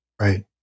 Right